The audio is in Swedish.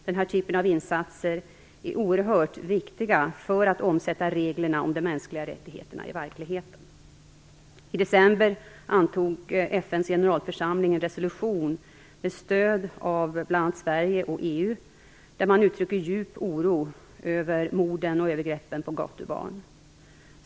Den här typen av insatser är oerhört viktiga för att omsätta reglerna om de mänskliga rättigheterna i verklighet. I december antog FN:s generalförsamling en resolution med stöd av bl.a. Sverige och EU där man uttrycker djup oro över morden och övergreppen på gatubarn.